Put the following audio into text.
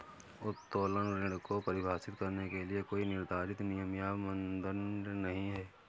उत्तोलन ऋण को परिभाषित करने के लिए कोई निर्धारित नियम या मानदंड नहीं है